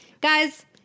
Guys